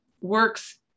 works